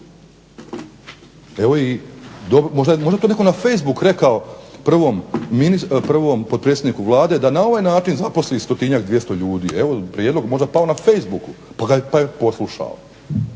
Možda je to netko na facebooku rekao prvom potpredsjedniku Vlade da na ovaj način zaposli 100-njak, 200 ljudi. Evo prijedlog je možda pao na facebooku pa je poslušao.